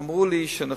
אמרו לי, נכון.